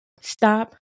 Stop